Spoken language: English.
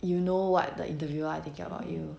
you know what the interviewer are thinking about you